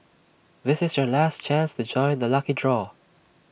this is your last chance to join the lucky draw